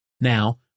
Now